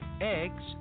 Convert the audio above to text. eggs